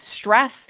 stress